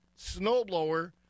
snowblower